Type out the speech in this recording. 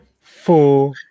four